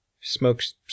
Smokes